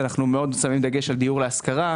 אנחנו מאוד שמים דגש על דיור להשכרה,